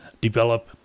develop